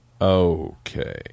okay